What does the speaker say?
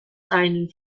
seinen